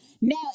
now